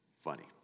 Funny